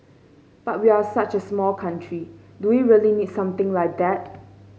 but we're such a small country do we really need something like that